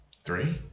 three